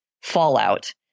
fallout